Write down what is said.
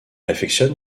affectionne